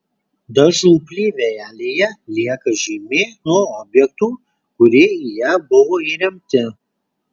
dažų plėvelėje lieka žymė nuo objektų kurie į ją buvo įremti